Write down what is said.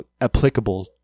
applicable